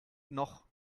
noch